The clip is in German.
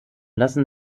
lassen